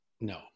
no